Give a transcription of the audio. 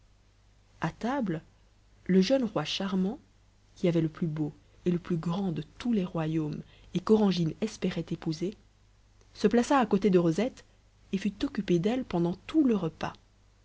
a table le jeune roi charmant qui avait le plus beau et le plus grand de tous les royaumes et qu'orangine espérait épouser se plaça à côté de rosette et fut occupé d'elle pendant tout le repas